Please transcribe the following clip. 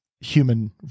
human